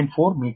4 metre